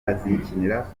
azakinira